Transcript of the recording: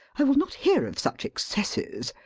i will not hear of such excesses.